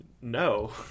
no